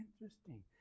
interesting